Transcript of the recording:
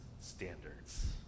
standards